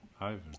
Ivan